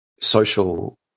social